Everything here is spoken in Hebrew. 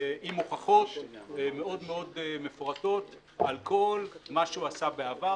עם הוכחות מאוד מאוד מפורטות על כל מה שהוא עשה בעבר,